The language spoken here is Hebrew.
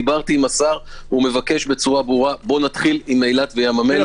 דיברתי עם השר והוא מבקש בצורה ברורה: בוא נתחיל עם אילת ועם ים המלח.